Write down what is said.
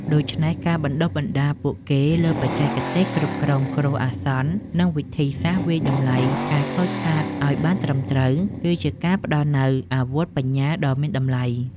ដូច្នេះការបណ្តុះបណ្តាលពួកគេលើបច្ចេកទេសគ្រប់គ្រងគ្រោះអាសន្ន និងវិធីសាស្ត្រវាយតម្លៃការខូចខាតឱ្យបានត្រឹមត្រូវ គឺជាការផ្តល់នូវអាវុធបញ្ញាដ៏មានតម្លៃ។